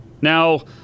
Now